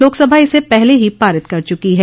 लोकसभा इसे पहले ही पारित कर चुकी है